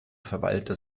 verwalter